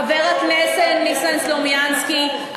חבר הכנסת ניסן סלומינסקי,